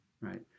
right